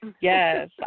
Yes